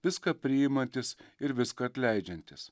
viską priimantis ir viską atleidžiantis